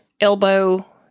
elbow